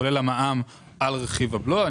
כולל המע"מ על רכיב הבלו.